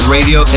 Radio